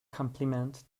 compliment